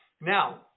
Now